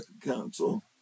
council